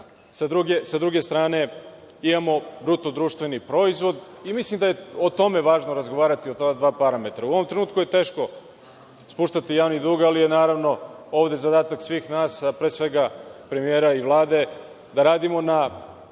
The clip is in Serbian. Sa druge strane imamo BDP. Mislim da je o tome važno razgovarati, o ta dva parametra.U ovom trenutku je teško spuštati javni dug, ali je, naravno, ovde zadatak svih nas, a pre svega premijera i Vlade, da radimo na